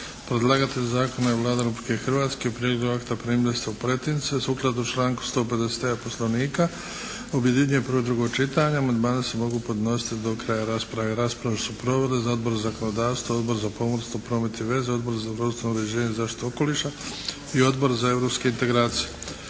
Predlagatelj zakona je Vlada Republike Hrvatske. Prijedlog akta primili ste u pretince. Sukladno članku 150. … /Govornik se ne razumije./ … Poslovnika objedinjuje prvo i drugo čitanje. Amandmani se mogu podnositi do kraja rasprave. Raspravu su proveli: Odbor za zakonodavstvo, Odbor za pomorstvo, promet i veze, Odbor za prostorno uređenje i zaštitu okoliša i Odbor za europske integracije.